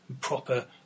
proper